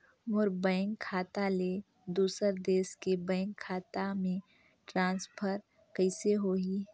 मोर bank खाता ले दुसर देश के बैंक खाता मे ट्रांसफर कइसे होही?